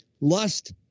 lust